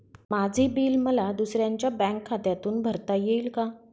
माझे बिल मला दुसऱ्यांच्या बँक खात्यातून भरता येईल का?